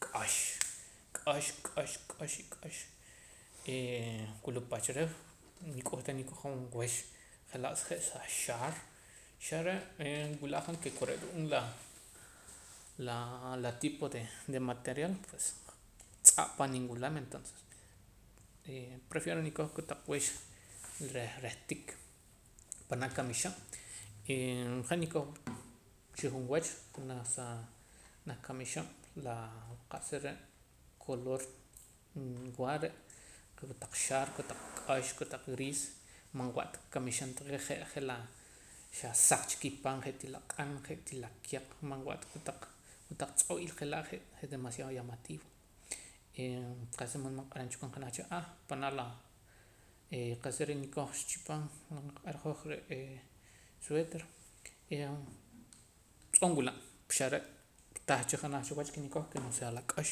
K'ox k'ox k'ox y k'ox ee wula pach reh nik'uh ta nikoj wex je'laa je' sa xaar xa re' nwila' han ke kore'eet la la tipo de material pues tz'aa' paam ninwulam entonces prefiero nikoj kotaq weex reh reh tik panaa' kamixe'n ee han nikoj xajun wach janaj sa janaj kamixe'n laa qa'sa re' color nwaa re' kotaq xaar kotaq k'ox kotaq gris man wa'ta kamixe'n taqee' je' je' la xa saq cha kipaan je'tii laa q'an je'tii la kiaq man wa'ta kotaq kotaq tz'oo'il je' laa' je' demasiado llamativo qa'sa wulmood q'aram cha janaj cha panaa' ee qa'sa re' nikoj chipaam nqaq'ar hoj re'eh suéter tz'oo' nwila' xare' tah cha janaj wach ke nikoj ke no sea la k'ox